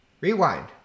rewind